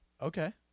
okay